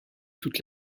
toute